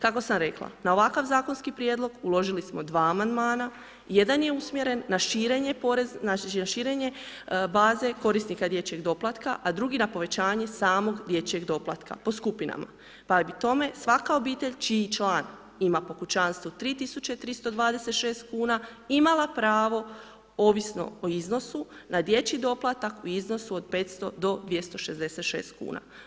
Kako sam rekla na ovakav zakonski prijedlog uložili smo dva amandmana, jedan je usmjeren na širenje baze korisnika dječjeg doplatka, a drugi na povećanje samog dječjeg doplatka po skupinama pa bi tome svaka obitelj čiji član ima po kućanstvu 3.326 kuna imala pravo ovisno o iznosu na dječji doplatak u iznosu od 500 do 266 kuna.